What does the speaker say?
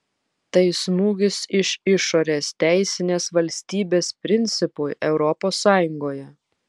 tai smūgis iš išorės teisinės valstybės principui europos sąjungoje